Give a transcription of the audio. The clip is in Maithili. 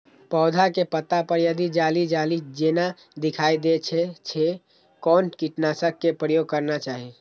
पोधा के पत्ता पर यदि जाली जाली जेना दिखाई दै छै छै कोन कीटनाशक के प्रयोग करना चाही?